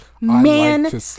man